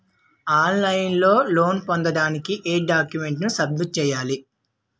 On line లో loan పొందటానికి ఎం డాక్యుమెంట్స్ సబ్మిట్ చేయాలి?